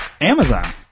Amazon